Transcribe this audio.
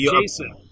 Jason